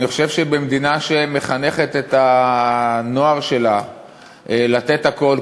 אני חושב שבמדינה שמחנכת את הנוער שלה לתת הכול,